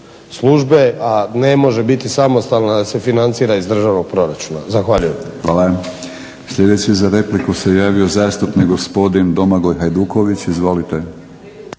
službe, a ne može biti samostalna da se financira iz državnog proračuna. Zahvaljujem. **Batinić, Milorad (HNS)** Hvala. Sljedeći za repliku se javio zastupnik gospodin Domagoj Hajduković. Izvolite.